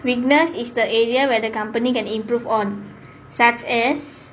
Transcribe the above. weakness is the area where the company can improve on such as